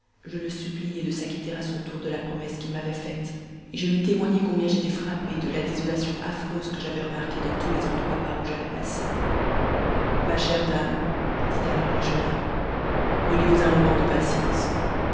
je le suppliai de s'acquitter à son tour de la promesse qu'il m'avait faite et je lui témoignai combien j'étais frappée de la désolation affreuse que j'avais remarquée dans tous les endroits par où j'avais passé ma chère dame dit alors le jeune homme donnez-vous un moment de patience